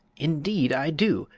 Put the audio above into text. indeed i do,